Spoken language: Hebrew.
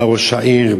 בא ראש העיר,